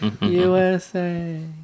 USA